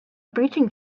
breaching